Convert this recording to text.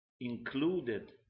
included